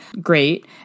Great